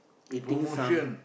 eating some